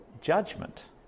judgment